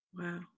Wow